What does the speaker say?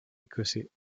écossais